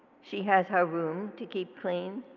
she has her room to keep clean,